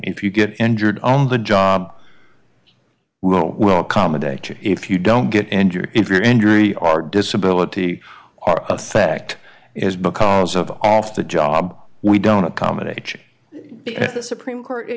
if you get injured on the job well well comedy if you don't get injured if your injury or disability or effect is because of off the job we don't accommodate you the supreme court